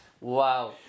wow